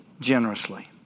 generously